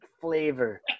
flavor